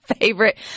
favorite